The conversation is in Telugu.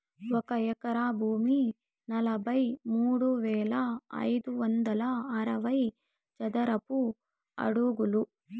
ఒక ఎకరా భూమి నలభై మూడు వేల ఐదు వందల అరవై చదరపు అడుగులు